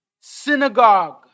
synagogue